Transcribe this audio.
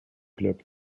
club